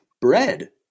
bread